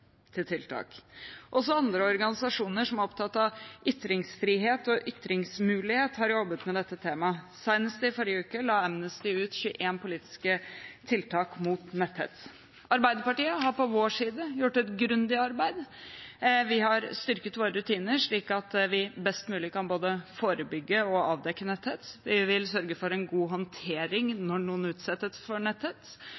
til tiltak. Også andre organisasjoner som er opptatt av ytringsfrihet og ytringsmulighet, har jobbet med dette temaet. Senest i forrige uke la Amnesty ut 21 politiske tiltak mot netthets. Arbeiderpartiet har på sin side gjort et grundig arbeid. Vi har styrket våre rutiner slik at vi best mulig kan både forebygge og avdekke netthets. Vi vil sørge for en god håndtering